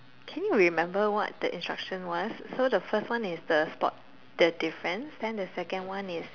can you remember what the instruction was so the first one is the spot the difference then the second one is